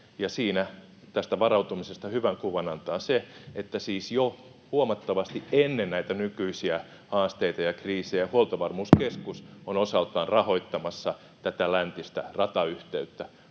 Tästä varautumisesta hyvän kuvan antaa se, että siis jo huomattavasti ennen näitä nykyisiä haasteita ja kriisejä Huoltovarmuuskeskus on osaltaan ollut rahoittamassa tätä läntistä ratayhteyttä.